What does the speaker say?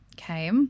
Okay